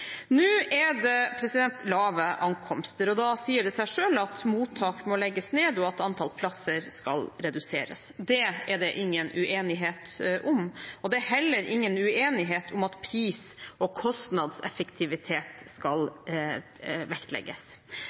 Nå er det lave ankomster. Da sier det seg selv at mottak må legges ned, og at antall plasser skal reduseres. Det er det ingen uenighet om. Det er heller ingen uenighet om at pris og kostnadseffektivitet skal vektlegges.